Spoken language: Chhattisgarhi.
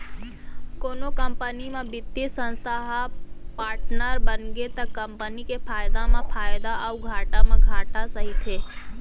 कोनो कंपनी म बित्तीय संस्था ह पाटनर बनगे त कंपनी के फायदा म फायदा अउ घाटा म घाटा सहिथे